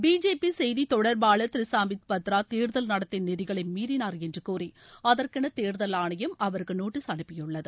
B J P செய்தி தொடர்பாளர் திரு சாம்பித் பத்ரா தேர்தல் நடத்தை நெறிகளை மீறனார் என்று கூறி அதற்கென தேர்தல் ஆணையம் அவருக்கு நோட்டீஸ் அனுப்பியுள்ளது